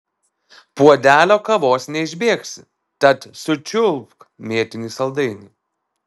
puodelio kavos neišbėgsi tad sučiulpk mėtinį saldainį